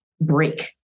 break